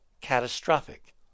catastrophic